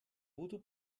voodoo